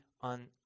on